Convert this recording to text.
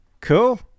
Cool